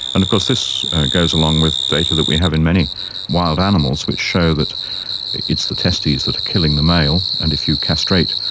and of course this goes along with data that we have in many wild animals which show that it's the testes that are killing the male, and if you castrate,